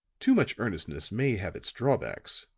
too much earnestness may have its drawbacks,